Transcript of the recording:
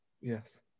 Yes